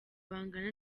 bangana